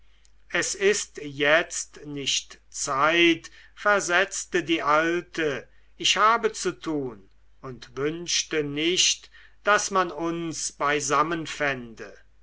es ist jetzt nicht zeit versetzte die alte ich habe zu tun und wünsche nicht daß man uns beisammen fände